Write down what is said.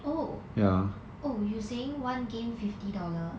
oh oh you saying one game fifty dollar